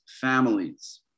families